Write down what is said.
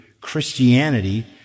Christianity